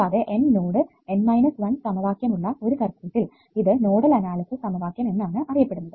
കൂടാതെ N node N 1 സമവാക്യം ഉള്ള ഒരു സർക്യൂട്ടിൽ ഇത് നോഡൽ അനാലിസിസ് സമവാക്യം എന്നാണ് അറിയപ്പെടുന്നത്